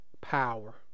power